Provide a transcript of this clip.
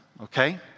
okay